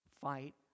fight